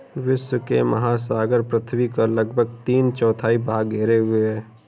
विश्व के महासागर पृथ्वी का लगभग तीन चौथाई भाग घेरे हुए हैं